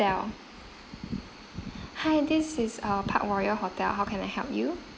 ya hi this is uh parkroyal hotel how can I help you